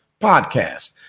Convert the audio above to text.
podcast